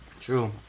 True